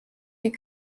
die